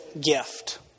gift